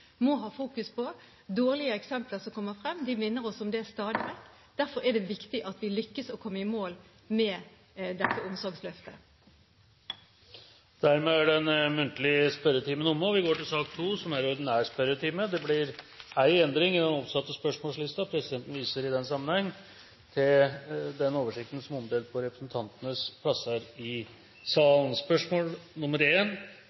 på. Dårlige eksempler som kommer frem, minner oss stadig vekk om det. Derfor er det viktig at vi lykkes i å komme i mål med dette omsorgsløftet. Det blir én endring i den oppsatte spørsmålslisten. Presidenten viser i den sammenheng til den oversikten som er omdelt på representantenes plasser i